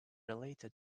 related